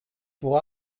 pour